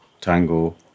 tango